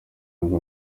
ngo